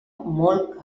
molt